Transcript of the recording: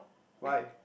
why